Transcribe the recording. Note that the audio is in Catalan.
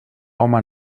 home